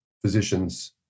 physicians